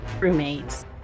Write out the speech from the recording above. roommates